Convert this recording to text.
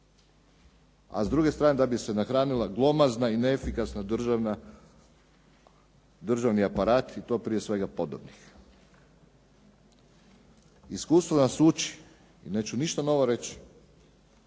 a s druge strane da bi se nahranila glomazna i neefikasna državna, državni aparat i to prije svega podobnih. Iskustvo nas uči, i neću ništa novo reći,